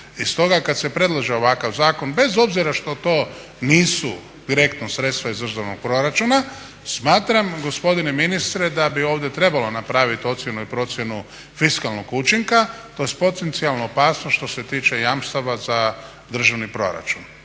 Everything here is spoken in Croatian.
I stoga kad se predlaže ovakav zakon bez obzira što to nisu direktno sredstva iz državnog proračuna smatram gospodine ministre da bi ovdje trebalo napraviti ocjenu i procjenu fiskalnog učinka. To je potencijalna opasnost što se tiče jamstava za državni proračun,